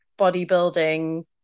bodybuilding